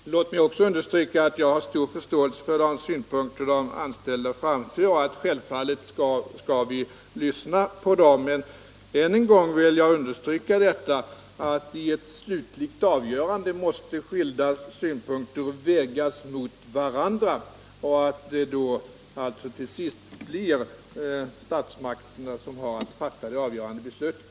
Herr talman! Låt mig också understryka att jag har stor förståelse för de synpunkter som de anställda framför. Självfallet skall vi lyssna till dem. Men ännu en gång vill jag slå fast att i ett slutligt avgörande måste skilda synpunkter vägas mot varandra. Till sist blir det statsmakterna som har att fatta det avgörande beslutet.